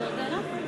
לא השתתפו בהצבעה.